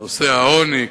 נושא העוני,